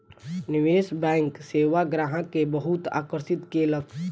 निवेश बैंक सेवा ग्राहक के बहुत आकर्षित केलक